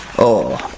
oh!